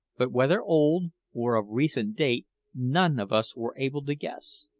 but whether old or of recent date none of us were able to guess.